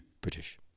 British